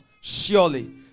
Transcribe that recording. Surely